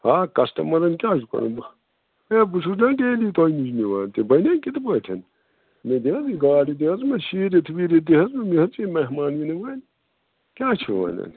آ کَسٹمَرَن کیٛاہ چھُ کَرُن ہے بہٕ چھُس نا ڈیلی تۄہہِ نِش نِوان تہِ بَنیٛاہ کِتھ پٲٹھۍ مےٚ دِ حظ یہِ گاڈِ دِ حظ مےٚ شیٖرِتھ ویٖرِتھ دِ حظ مےٚ حظ چھِ مہمان یِن وٲلۍ کیٛاہ چھُو وَنان